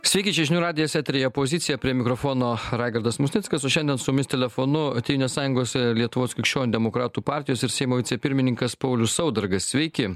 sveiki čia žinių radijas eteryje pozicija prie mikrofono raigardas musnickas o šiandien su mumis telefonu tėvynės sąjungos lietuvos krikščionių demokratų partijos ir seimo vicepirmininkas paulius saudargas sveiki